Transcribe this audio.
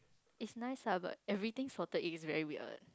it's nice lah but everything salted egg is very weird